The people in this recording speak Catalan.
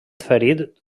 ferit